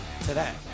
today